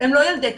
הם לא ילדי קצה,